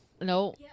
no